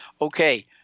Okay